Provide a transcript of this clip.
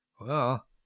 Well